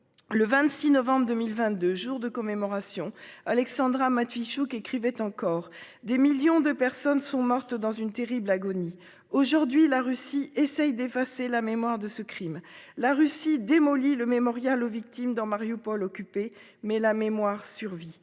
Le 26 novembre 2022, jour de commémoration Alexandra Matvichuk écrivait encore des millions de personnes sont mortes dans une terrible agonie aujourd'hui la Russie essaye d'effacer la mémoire de ce Crime la Russie démoli le mémorial aux victimes dans Marioupol occupée mais la mémoire survit